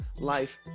life